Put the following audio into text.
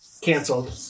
canceled